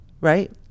Right